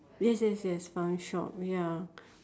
yes yes yes fun shop ya